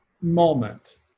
moment